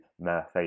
Murphy